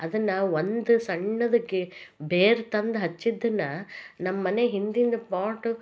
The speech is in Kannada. ಅದನ್ನು ಒಂದು ಸಣ್ಣದಕ್ಕೆ ಬೇರು ತಂದು ಹಚ್ಚಿದ್ದನ್ನು ನಮ್ಮಮನೇ ಹಿಂದಿದ್ದ ಪಾಟು